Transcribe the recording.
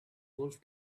golf